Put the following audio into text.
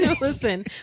Listen